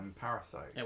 Parasite